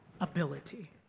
ability